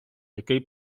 який